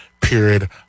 period